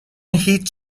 هیچ